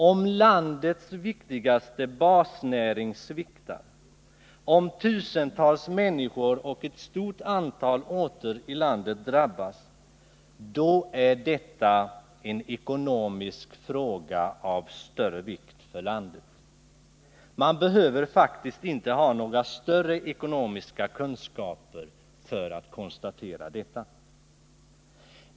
Om landets viktigaste basnäring sviktar, om tusentals människor och ett stort antal orter i landet drabbas, då är detta en ekonomisk fråga av större vikt för landet. Man behöver faktiskt inte ha några större ekonomiska kunskaper för att konstatera detta.